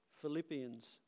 Philippians